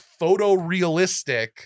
photorealistic